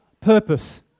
purpose